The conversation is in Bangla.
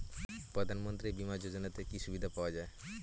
প্রধানমন্ত্রী বিমা যোজনাতে কি কি সুবিধা পাওয়া যায়?